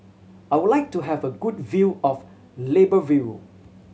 I would like to have a good view of Libreville